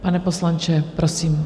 Pane poslanče, prosím.